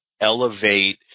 elevate